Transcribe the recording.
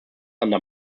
under